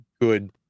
good